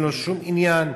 אין לו שום עניין.